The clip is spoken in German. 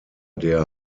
der